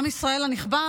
עם ישראל הנכבד,